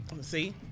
see